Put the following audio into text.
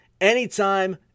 anytime